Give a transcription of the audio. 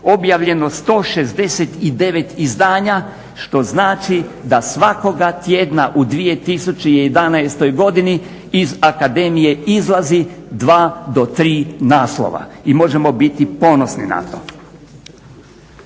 objavljeno 169 izdanja što znači da svakoga tjedna u 2011. godini iz akademije izlazi 2 do 3 naslova. I možemo biti ponosni na to.